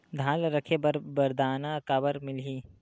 धान ल रखे बर बारदाना काबर मिलही?